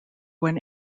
when